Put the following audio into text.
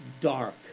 dark